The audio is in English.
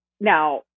now